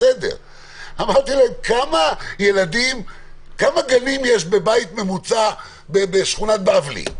אמרתי להם: "כמה ילדים יש בבניין ממוצע בשכונת בבלי".